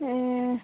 ए